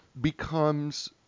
becomes